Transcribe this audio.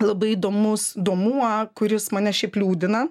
labai įdomus duomuo kuris mane šiaip liūdina